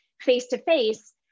face-to-face